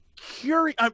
curious